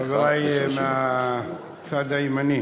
חברי מהצד הימני,